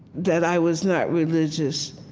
that i was not religious,